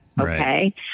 Okay